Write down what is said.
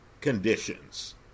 conditions